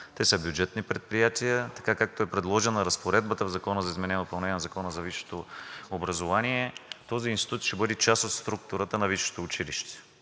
те са бюджетни предприятия. Така, както е предложена разпоредбата в Закона за изменение и допълнение на Закона за висшето образование, този институт ще бъде част от структурата на висшето училище,